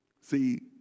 See